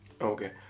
Okay